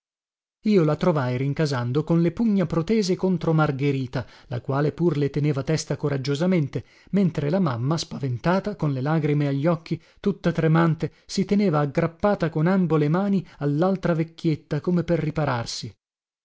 io la trovai rincasando con le pugna protese contro margherita la quale pur le teneva testa coraggiosamente mentre la mamma spaventata con le lagrime agli occhi tutta tremante si teneva aggrappata con ambo le mani allaltra vecchietta come per ripararsi